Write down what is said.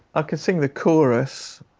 ah can sing the chorus,